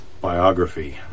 biography